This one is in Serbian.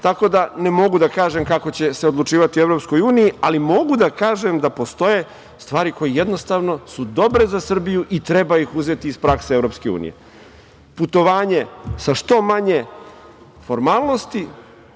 Tako da ne mogu da kažem kako će se odlučivati u EU, ali mogu da kažem da postoje stvari koje jednostavno su dobre za Srbiju i treba ih uzeti iz prakse EU – putovanje sa što manje formalnosti